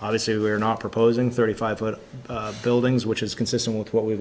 obviously we're not proposing thirty five foot buildings which is consistent with what we've